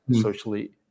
socially